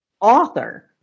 author